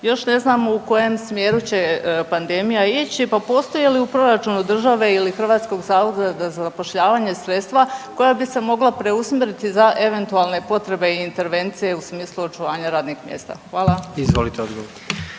Još ne znamo u kojem smjeru će pandemija ići, pa postoji li u proračunu države ili Hrvatskog zavoda za zapošljavanje sredstva koja bi se mogla preusmjeriti za eventualne potrebe i intervencije u smislu očuvanja radnih mjesta? Hvala. **Jandroković,